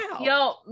yo